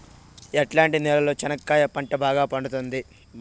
ఎట్లాంటి నేలలో చెనక్కాయ పంట బాగా పండుతుంది?